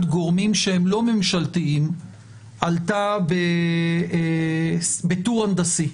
גורמים שהם לא ממשלתיים עלתה בטור הנדסי.